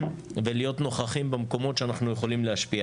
ולהיות נוכחים במקומות שאנחנו יכולים להשפיע,